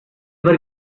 were